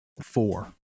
Four